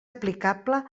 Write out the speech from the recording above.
aplicable